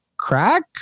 crack